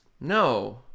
No